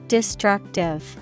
Destructive